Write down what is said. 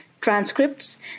transcripts